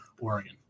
Oregon